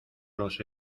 los